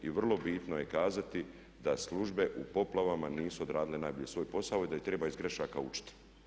I vrlo bitno je kazati da službe u poplavama nisu odradile najbolje svoj posao i da treba iz grešaka učiti.